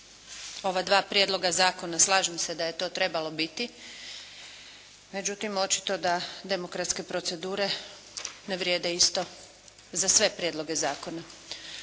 ova dva prijedloga zakona. Slažem se da je to trebalo biti, međutim očito da demokratske procedure ne vrijede isto za sve prijedloge zakona.